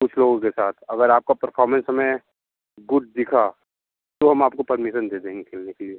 कुछ लोगों के साथ अगर आपका परफॉर्मेंस हमें गुड दिखा तो हम आपको पर्मिशन दे देंगे खेलने के लिए